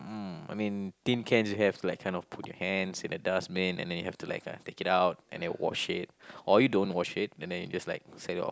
mm I mean tin can is have to kind of put your hands in a dustbin and then you have to like a take it out and then wash it or you don't wash it and then you just like sell it off